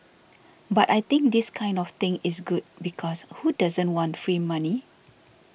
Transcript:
but I think this kind of thing is good because who doesn't want free money